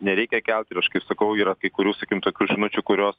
nereikia kelt ir aš kaip sakau yra kai kurių sakykim tokių žinučių kurios